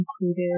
included